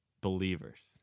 believers